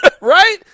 Right